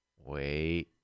Wait